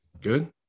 good